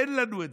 אין לנו.